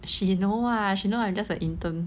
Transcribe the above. she know what she know I'm just a intern